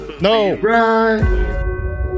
No